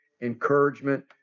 encouragement